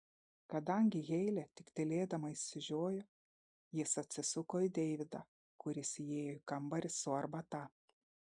kadangi heilė tik tylėdama išsižiojo jis atsisuko į deividą kuris įėjo į kambarį su arbata